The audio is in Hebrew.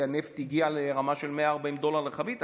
כי הנפט הגיע לרמה של 140 דולר לחבית.